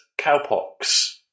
cowpox